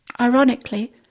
Ironically